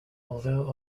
although